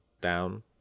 down